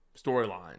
storyline